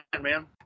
man